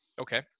Okay